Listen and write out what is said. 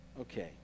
Okay